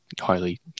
highly